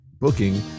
booking